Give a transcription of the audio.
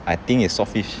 I think is swordfish